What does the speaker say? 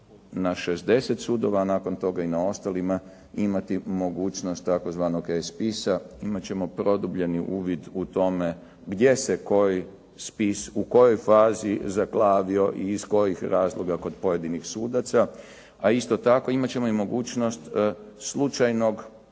na 60 sudova, nakon toga i na ostalima imati mogućnost tzv. E spisa. Imat ćemo produbljeni uvid u tome gdje se koji spis u kojoj fazi zaglavio i iz kojih razloga kod pojedinih sudaca. A isto tako imat ćemo i mogućnost slučajnog